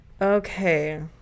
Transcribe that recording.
Okay